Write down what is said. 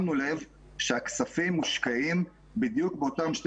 שמנו לב שהכספים מושקעים בדיוק באותן שתי